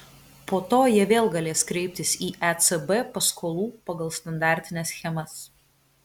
po to jie vėl galės kreiptis į ecb paskolų pagal standartines schemas